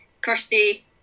Kirsty